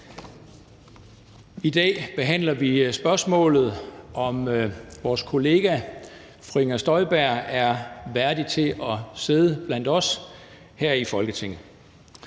I dag behandler vi spørgsmålet om, om vores kollega fru Inger Støjberg er værdig til at sidde blandt os her i Folketinget.